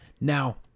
Now